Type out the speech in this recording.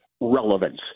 relevance